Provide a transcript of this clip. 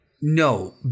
No